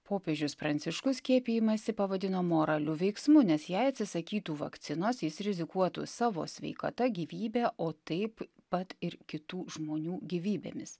popiežius pranciškus skiepijimąsi pavadino moraliu veiksmu nes jei atsisakytų vakcinos jis rizikuotų savo sveikata gyvybe o taip pat ir kitų žmonių gyvybėmis